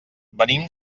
venim